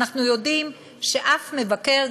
אנחנו יודעים ששום מבקר,